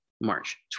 March